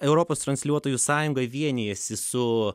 europos transliuotojų sąjunga vienijasi su